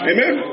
Amen